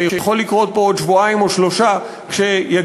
שיכול לקרות בעוד שבועיים או שלושה שבועות,